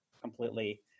completely